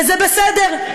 וזה בסדר.